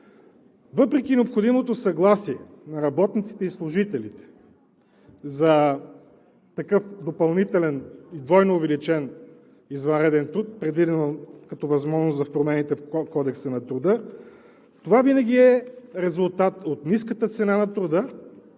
въпреки необходимото съгласие на работниците и служителите за такъв допълнителен, двойно увеличен извънреден труд, предвиден като възможност в промените в Кодекса на труда, това винаги е резултат от ниската цена на труда